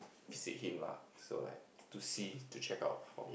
see him lah so like to see to check out for